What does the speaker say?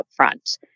upfront